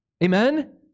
Amen